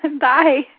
Bye